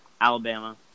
Alabama